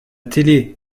télé